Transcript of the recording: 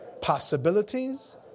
possibilities